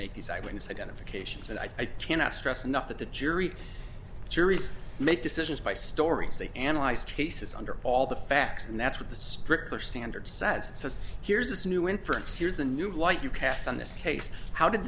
make these eyewitness identifications and i cannot stress enough that the jury juries make decisions by stories they analyze cases under all the facts and that's what the stripper standard says it says here's this new inference here's the new light you cast on this case how did